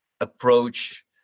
approach